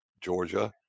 Georgia